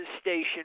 station